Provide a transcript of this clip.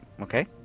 Okay